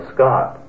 Scott